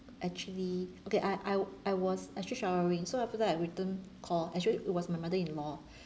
actually okay I I I was actually showering so after that I return call actually it was my mother in law